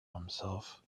himself